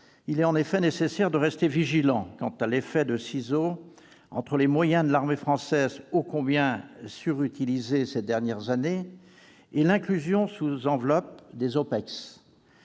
Il est en effet nécessaire de rester vigilant quant à l'effet de ciseaux entre les moyens de l'armée française- ô combien surutilisés ces dernières années -et l'inclusion sous enveloppe des OPEX.